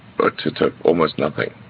but to to almost nothing.